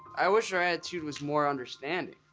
i wish her attitude was more understanding.